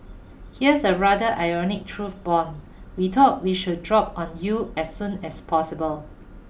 here's a rather ironic truth bomb we thought we should drop on you as soon as possible